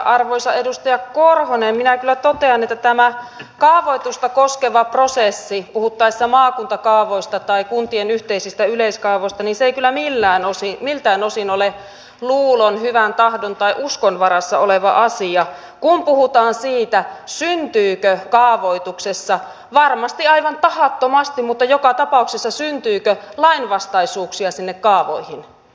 arvoisa edustaja korhonen minä kyllä totean että tämä kaavoitusta koskeva prosessi puhuttaessa maakuntakaavoista tai kuntien yhteisistä yleiskaavoista ei kyllä miltään osin ole luulon hyvän tahdon tai uskon varassa oleva asia kun puhutaan siitä syntyykö kaavoituksessa varmasti aivan tahattomasti mutta joka tapauksessa lainvastaisuuksia sinne kaavoihin